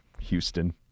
Houston